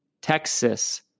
Texas